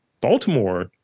Baltimore